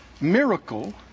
miracle